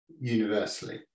universally